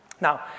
Now